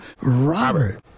robert